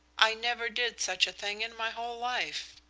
i never did such a thing in my whole life.